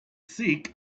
thick